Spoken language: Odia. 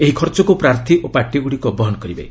ଏହି ଖର୍ଚ୍ଚକୁ ପ୍ରାର୍ଥୀ ଓ ପାର୍ଟିଗୁଡ଼ିକ ବହନ କରିବେ